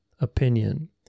opinion